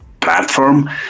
platform